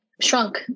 shrunk